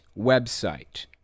website